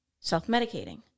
self-medicating